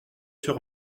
sur